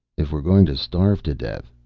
if we're going to starve to death,